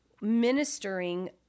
ministering